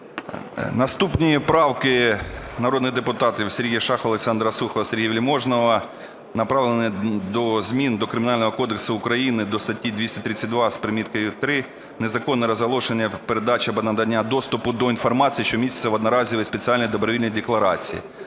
Наступні правки народних депутатів Сергія Шахова, Олександра Сухова, Сергія Вельможного направлені на зміни до Кримінального кодексу України до статті 232 з приміткою 3 "Незаконне розголошення, передача або надання доступу до інформації, що міститься в одноразовій спеціальній добровільній декларації".